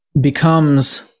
becomes